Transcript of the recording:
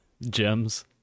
gems